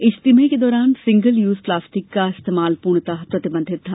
इज्तिमे के दौरान single use plastic का इस्तेमाल पूर्णतः प्रतिबंधित था